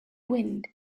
wind